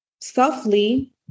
softly